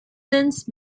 since